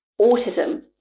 autism